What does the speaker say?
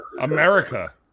America